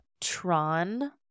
Tron